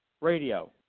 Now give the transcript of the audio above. Radio